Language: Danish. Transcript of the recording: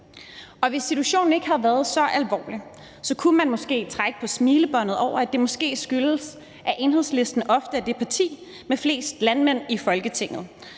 hvis situationen ikke havde været så alvorlig, kunne man måske trække på smilebåndet over, at det måske skyldes, at Enhedslisten ofte er det parti med flest landmænd i Folketinget,